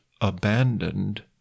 abandoned